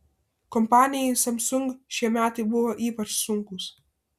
kompanijai samsung šie metai buvo ypač sunkūs